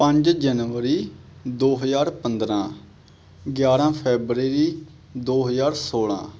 ਪੰਜ ਜਨਵਰੀ ਦੋ ਹਜ਼ਾਰ ਪੰਦਰਾਂ ਗਿਆਰਾਂ ਫੈਬਰੇਰੀ ਦੋ ਹਜ਼ਾਰ ਸੋਲਾਂ